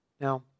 Now